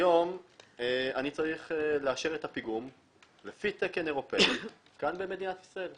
היום אני צריך לאשר את הפיגום לפי תקן אירופאי כאן במדינת ישראל.